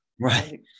Right